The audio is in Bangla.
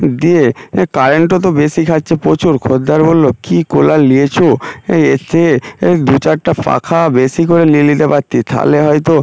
দিয়ে কারেন্ট তো তো বেশি খাচ্ছে প্রচুর খোদ্দার বললো কি কুলার নিয়েছো এ সে দু চারটা পাখা বেশি করে নিয়ে নিতে পারতিস তাহলে হয়তো